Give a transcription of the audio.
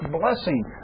blessing